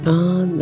on